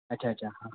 अच्छा अच्छा हाँ